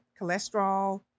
cholesterol